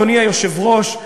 אדוני היושב-ראש,